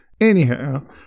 Anyhow